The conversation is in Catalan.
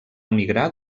emigrar